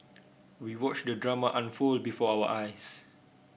we watched the drama unfold before our eyes